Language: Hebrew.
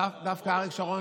דווקא אריק שרון